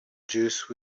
juice